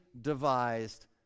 devised